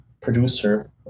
producer